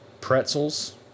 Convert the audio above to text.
Pretzels